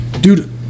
dude